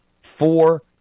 four